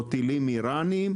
או טילים איראניים,